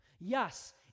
Yes